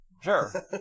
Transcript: Sure